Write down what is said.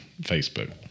Facebook